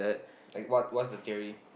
like what what's the theory